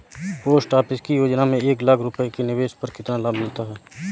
Post office की योजना में एक लाख रूपए के निवेश पर कितना लाभ मिलता है?